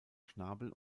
schnabel